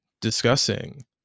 discussing